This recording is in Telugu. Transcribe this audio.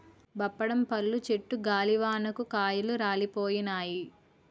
బప్పడం పళ్ళు చెట్టు గాలివానకు కాయలు రాలిపోయినాయి